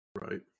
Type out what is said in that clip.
right